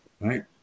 Right